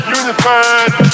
unified